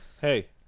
Hey